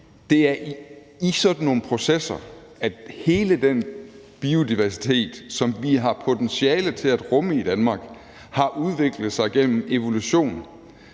det er i sådan nogle processer, at hele den biodiversitet, som vi har potentiale til at rumme i Danmark, har udviklet sig gennem evolution.